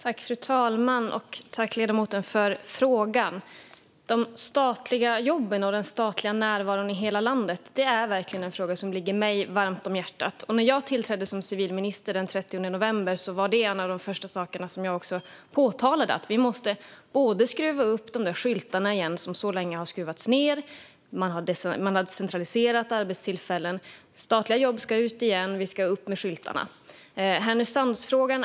Fru talman! Tack, ledamoten, för frågan! De statliga jobben och den statliga närvaron i hela landet är en fråga som verkligen ligger mig varmt om hjärtat. När jag tillträdde som civilminister den 30 november var en av de första saker som jag påpekade att vi åter måste skruva upp de skyltar som så länge har skruvats ned. Man har centraliserat arbetstillfällen, men statliga jobb ska ut igen. Vi ska ha upp skyltarna igen.